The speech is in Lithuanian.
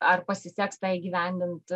ar pasiseks tą įgyvendint